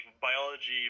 biology